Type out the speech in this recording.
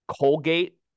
Colgate